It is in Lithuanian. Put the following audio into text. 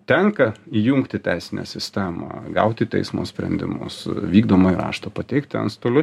tenka įjungti teisinę sistemą gauti teismo sprendimus vykdomąjį raštą pateikti antstoliui